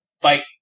fight